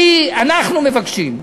אנחנו מבקשים.